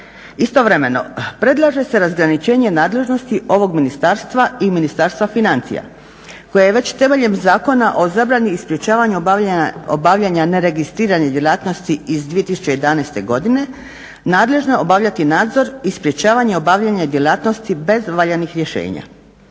Istovremeno predlaže se razgraničenje nadležnosti ovog ministarstva i Ministarstva financija koje je već temeljem Zakona o zabrani i sprečavanju obavljanja neregistrirane djelatnosti iz 2011. godine nadležna obavljati nadzor i sprečavanje obavljanja djelatnosti bez valjanih rješenja.